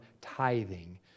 tithing